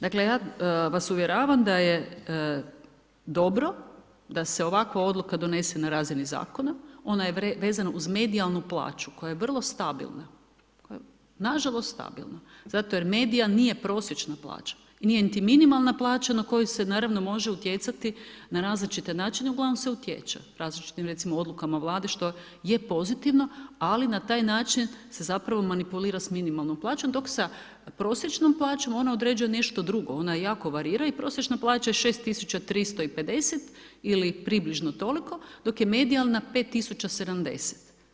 Dakle ja vas uvjeravam da je dobro da se ovakva odluka donese na razini zakona, ona je vezana uz medijalnu plaću koja je vrlo stabilna, koja je nažalost stabilna zato jer medija nije prosječna plaća i nije niti minimalna na koju se naravno može utjecati na različite načine, uglavnom se utječe, različitim recimo odlukama Vlade što je pozitivno ali na taj način se zapravo manipulira sa minimalnom plaćom dok sa prosječnom plaćom ona određuje nešto drugo, ona jako varira i prosječna plaća je 6350 ili približno toliko dok je medijalna 5070.